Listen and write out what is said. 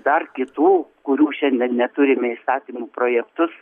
dar kitų kurių šiandien neturime įstatymų projektus